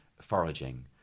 foraging